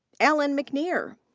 allan mcnear.